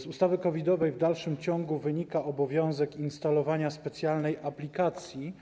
Z ustawy COVID-owej w dalszym ciągu wynika obowiązek instalowania specjalnej aplikacji